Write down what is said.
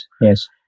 Yes